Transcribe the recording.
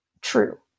true